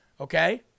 okay